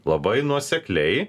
labai nuosekliai